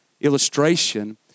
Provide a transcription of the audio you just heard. illustration